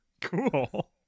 Cool